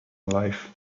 life